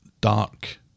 dark